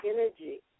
energy